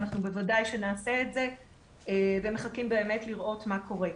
אנחנו בוודאי שנעשה את זה ומחכים באמת לראות מה קורה.